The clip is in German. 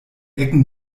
ecken